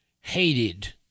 hated